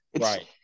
Right